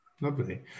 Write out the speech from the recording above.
lovely